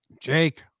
Jake